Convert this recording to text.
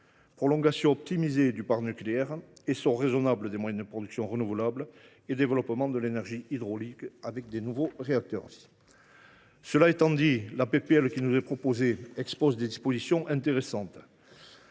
prolongation optimisée du parc nucléaire, essor raisonnable des moyens de production renouvelables, développement de l’énergie hydraulique, nouveaux réacteurs, etc. Cela étant dit, la proposition de loi qui nous est proposée contient des dispositions intéressantes.